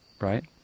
right